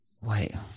wait